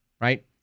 Right